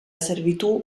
servitù